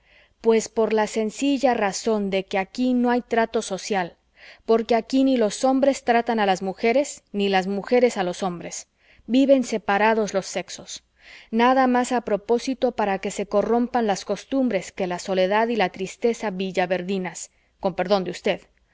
pues por la sencilla razón de que aquí no hay trato social porque aquí ni los hombres tratan a las mujeres ni las mujeres a los hombres viven separados los sexos nada más a propósito para que se corrompan las costumbres que la soledad y la tristeza villaverdinas con perdón de usted nada más a